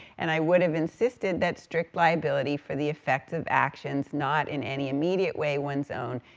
and i would have insisted that strict liability for the effects of actions, not in any immediate way one's own,